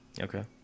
Okay